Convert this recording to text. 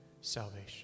salvation